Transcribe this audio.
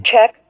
Check